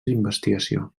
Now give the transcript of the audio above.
d’investigació